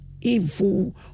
evil